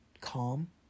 calm